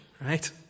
right